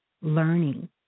learning